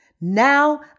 Now